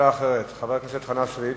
הצעה אחרת, חבר הכנסת חנא סוייד.